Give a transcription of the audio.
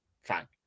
Fine